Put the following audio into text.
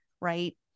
right